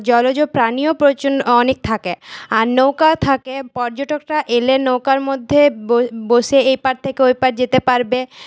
জলজ প্রাণীও প্রচুর অনেক থাকে আর নৌকা থাকে পর্যটকরা এলে নৌকার মধ্যে বসে এই পাড় থেকে ওই পাড় যেতে পারবে